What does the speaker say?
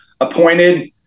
appointed